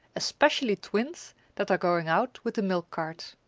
especially twins that are going out with the milk cart.